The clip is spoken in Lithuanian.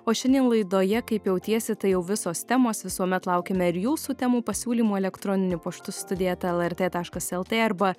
o šiandien laidoje kaip jautiesi tai jau visos temos visuomet laukiame ir jūsų temų pasiūlymų elektroniniu paštu studija eta lrt taškas lt arba